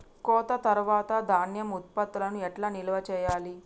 కోత తర్వాత ధాన్యం ఉత్పత్తులను ఎట్లా నిల్వ చేయాలి?